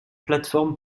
plateforme